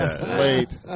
Late